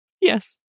Yes